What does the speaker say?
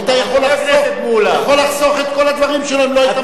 היית יכול לחסוך את כל הדברים שלו אם לא היית מדבר.